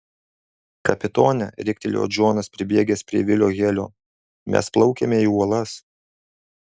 kapitone riktelėjo džonas pribėgęs prie vilio helio mes plaukiame į uolas